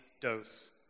dose